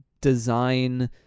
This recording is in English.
design